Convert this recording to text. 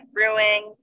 Brewing